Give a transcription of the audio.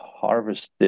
Harvested